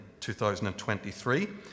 2023